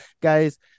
Guys